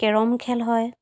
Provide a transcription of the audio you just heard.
carrom খেল হয়